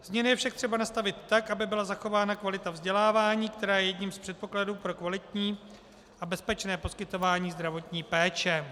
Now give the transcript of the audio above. Změny je však potřeba nastavit tak, aby byla zachována kvalita vzdělávání, která je jedním z předpokladů pro kvalitní a bezpečné poskytování zdravotní péče.